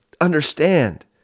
understand